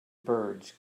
birds